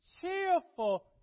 cheerful